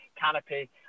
canopy